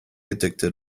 addicted